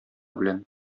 белән